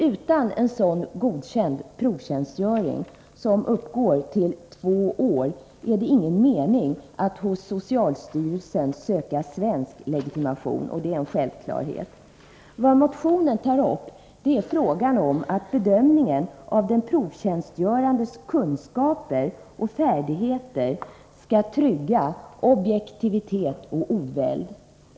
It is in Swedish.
Utan en sådan godkänd provtjänstgöring, som uppgår till två år, är det ingen mening att hos socialstyrelsen söka svensk legitimation. Det är en självklarhet. Vad motionen tar upp är att bedömningen av den provtjänstgörandes kunskaper och färdigheter skall trygga objektivitet och oväld.